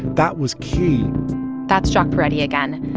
that was key that's jacques peretti again.